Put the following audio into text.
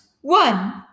one